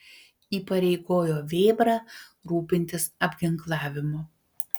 įpareigojo vėbrą rūpintis apginklavimu